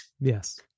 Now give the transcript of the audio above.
Yes